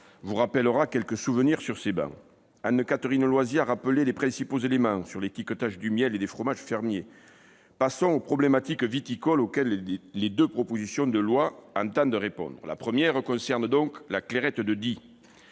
vous rappellera quelques souvenirs sur ces bancs. Anne-Catherine Loisier a rappelé les principaux éléments relatifs à l'étiquetage du miel et des fromages fermiers. Passons aux problématiques viticoles auxquelles les deux propositions de loi entendent répondre. L'article 2 entend abroger une